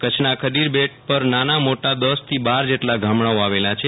કચ્છનાં આ ખડીર બેટ પર નાના મોટા દસથી બાર જેટલા ગામડાઓ આવેલા છે